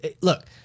look